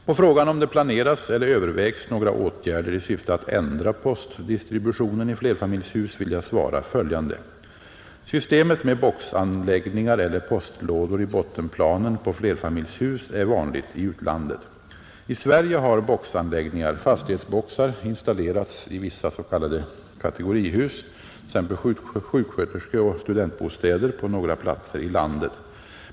På frågan, om det planeras eller övervägs några åtgärder i syfte att ändra postdistributionen i flerfamiljshus, vill jag svara följande, Systemet med boxanläggningar eller postlådor i bottenplanen på flerfamiljshus är vanligt i utlandet. I Sverige har boxanläggningar — fastighetsboxar — installerats i vissa s.k. kategorihus, t.ex. sjuksköterskeoch studentbostäder, på några platser i landet.